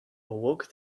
awoke